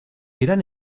irán